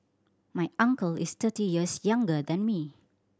my uncle is thirty years younger than me